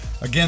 Again